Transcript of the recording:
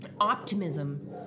optimism